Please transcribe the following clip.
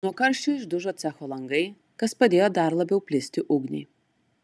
nuo karščio išdužo cecho langai kas padėjo dar labiau plisti ugniai